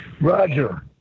Roger